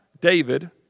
David